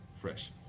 fresh